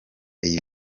iyi